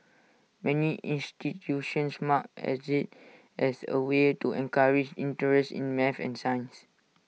many institutions mark as IT as A way to encourage interest in math and science